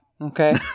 okay